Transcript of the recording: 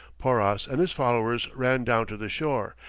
porras and his followers ran down to the shore,